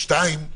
שתיים,